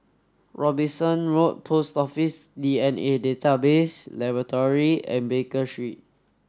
Robinson Road Post Office DNA Database Laboratory and Baker Street